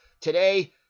today